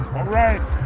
alright!